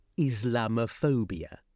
Islamophobia